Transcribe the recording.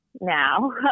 now